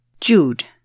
Jude